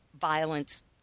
violence